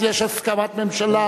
אז יש הסכמת ממשלה.